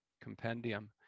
compendium